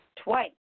twice